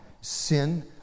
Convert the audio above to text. sin